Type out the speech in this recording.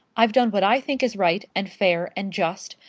i've done what i think is right, and fair, and just,